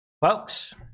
folks